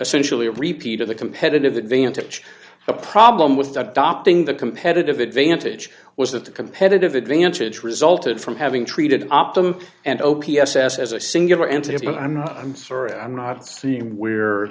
essentially a repeat of the competitive advantage the problem with adopting the competitive advantage was that the competitive advantage resulted from having treated optum and o p s ass as a singular entity but i'm no i'm sorry i'm not seeing where